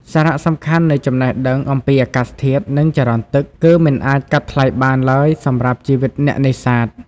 សារៈសំខាន់នៃចំណេះដឹងអំពីអាកាសធាតុ និងចរន្តទឹក គឺមិនអាចកាត់ថ្លៃបានឡើយសម្រាប់ជីវិតអ្នកនេសាទ។